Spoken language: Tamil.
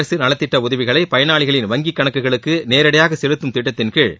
அரசு நலத்திட்ட உதவிகளை பயனாளிகளின் வங்கி கணக்குகளுக்கு நேரடியாக செலுத்தும் திட்டத்தின் கீழ்